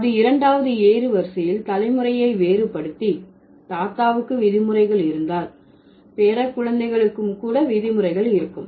அது இரண்டாவது ஏறுவரிசையில் தலைமுறையை வேறுபடுத்தி தாத்தாவுக்கு விதிமுறைகள் இருந்தால் பேரக்குழந்தைகளுக்கும் கூட விதிமுறைகள் இருக்கும்